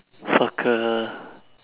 soccer